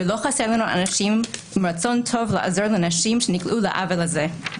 ולא חסר לנו אנשים עם רצון טוב לעזור לנשים שנקלעו לעוול הזה,